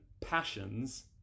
passions